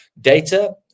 data